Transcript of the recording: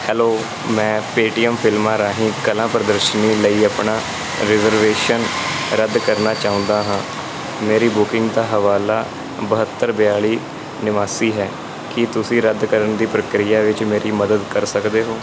hello ਮੈਂ Paytm ਫਿਲਮਾਂ ਰਾਹੀਂ ਕਲਾ ਪ੍ਰਦਰਸ਼ਨੀ ਲਈ ਆਪਣਾ ਰਿਜ਼ਰਵੇਸ਼ਨ ਰੱਦ ਕਰਨਾ ਚਾਹੁੰਦਾ ਹਾਂ ਮੇਰੀ ਬੁਕਿੰਗ ਦਾ ਹਵਾਲਾ ਬਹੱਤਰ ਬਿਆਲੀ ਉਨਾਸੀ ਹੈ ਕੀ ਤੁਸੀਂ ਰੱਦ ਕਰਨ ਦੀ ਪ੍ਰਕਿਰਿਆ ਵਿੱਚ ਮੇਰੀ ਮਦਦ ਕਰ ਸਕਦੇ ਹੋ